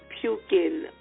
puking